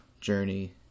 journey